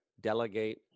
delegate